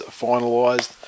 finalised